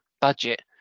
budget